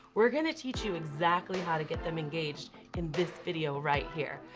we're gonna teach you exactly how to get them engaged in this video right here.